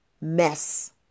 mess